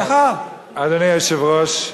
אדוני היושב-ראש,